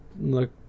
look